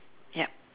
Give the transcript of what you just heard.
yup